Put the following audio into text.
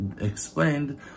explained